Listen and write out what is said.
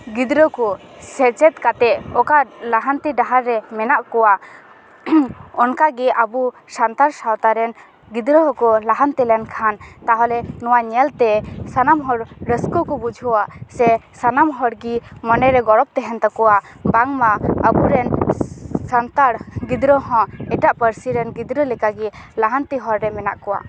ᱜᱤᱫᱽᱨᱟᱹ ᱠᱚ ᱥᱮᱪᱮᱫ ᱠᱟᱛᱮᱫ ᱚᱠᱟ ᱞᱟᱦᱟᱱᱛᱤ ᱰᱟᱦᱟᱨ ᱨᱮ ᱢᱮᱱᱟᱜ ᱠᱚᱣᱟ ᱚᱱᱠᱟᱜᱮ ᱟᱵᱚ ᱥᱟᱱᱛᱟᱲ ᱥᱟᱶᱛᱟ ᱨᱮᱱ ᱜᱤᱫᱽᱨᱟᱹ ᱦᱚᱸᱠᱚ ᱞᱟᱦᱟᱱᱛᱤ ᱞᱮᱱᱠᱷᱟᱱ ᱛᱟᱦᱚᱞᱮ ᱱᱚᱣᱟ ᱧᱮᱞ ᱛᱮ ᱥᱟᱱᱟᱢ ᱦᱚᱲ ᱨᱟᱹᱥᱠᱟᱹ ᱠᱚ ᱵᱩᱡᱷᱟᱹᱣᱟ ᱥᱮ ᱥᱟᱱᱟᱢ ᱦᱚᱲ ᱜᱮ ᱢᱮᱱᱮᱨᱮ ᱜᱚᱨᱚᱵ ᱛᱟᱦᱮᱱ ᱛᱟᱠᱚᱣᱟ ᱵᱟᱝᱢᱟ ᱟᱵᱚᱨᱮᱱ ᱥᱟᱱᱛᱟᱲ ᱜᱤᱫᱽᱨᱟᱹ ᱦᱚᱸ ᱮᱴᱟᱜ ᱯᱟᱨᱥᱤᱨᱮᱱ ᱜᱤᱫᱽᱨᱟᱹ ᱞᱮᱠᱟᱜᱮ ᱞᱟᱦᱟᱱᱛᱤ ᱦᱚᱨ ᱨᱮ ᱢᱮᱱᱟᱜ ᱠᱚᱣᱟ